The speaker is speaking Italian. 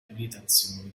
abitazioni